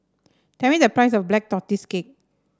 tell me the price of Black Tortoise Cake